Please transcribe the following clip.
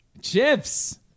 Chips